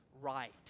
right